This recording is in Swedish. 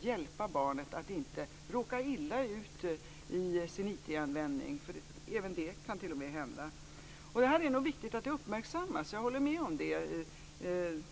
hjälpa barnet att inte råka illa ut i sin IT-användning. Även det kan hända. Det är viktigt att detta uppmärksammas. Jag håller med om det.